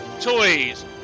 toys